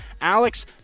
Alex